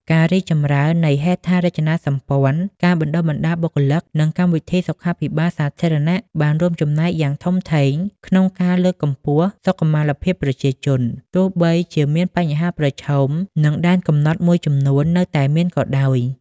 ការរីកចម្រើននៃហេដ្ឋារចនាសម្ព័ន្ធ ការបណ្តុះបណ្តាលបុគ្គលិក និងកម្មវិធីសុខភាពសាធារណៈបានរួមចំណែកយ៉ាងធំធេងក្នុងការលើកកម្ពស់សុខុមាលភាពប្រជាជន ទោះបីជាមានបញ្ហាប្រឈម និងដែនកំណត់មួយចំនួននៅតែមានក៏ដោយ។